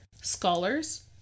Scholars